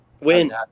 win